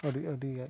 ᱟᱹᱰᱤ ᱟᱹᱰᱤ ᱜᱟᱱ